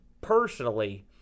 personally